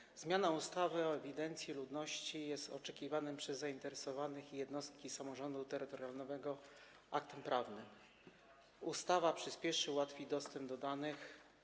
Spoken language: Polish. Ustawa o zmianie ustawy o ewidencji ludności jest oczekiwanym przez zainteresowanych i jednostki samorządu terytorialnego aktem prawnym, który przyspieszy i ułatwi dostęp do danych.